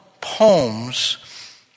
poems